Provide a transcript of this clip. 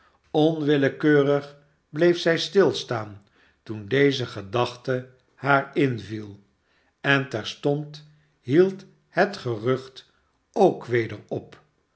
onwillekeurig bleef zij stilstaan toen deze gedachte haar inviel en terstond hield het gerucht k weder op